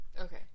Okay